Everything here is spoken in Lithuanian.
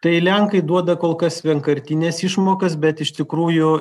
tai lenkai duoda kol kas vienkartines išmokas bet iš tikrųjų